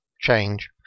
change